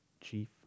Chief